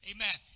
Amen